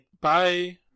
Bye